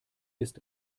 ist